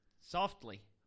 softly